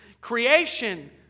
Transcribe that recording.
Creation